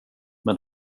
men